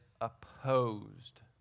opposed